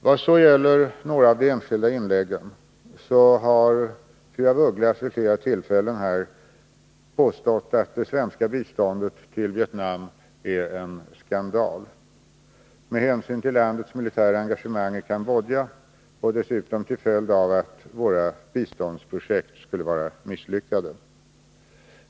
Vad så gäller några av de enskilda inläggen så har fru af Ugglas vid flera tillfällen här påstått att det svenska biståndet till Vietnam är en skandal med hänsyn till landets militära engagemang i Kampuchea och dessutom till följd av att våra biståndsprojekt skulle vara misslyckade.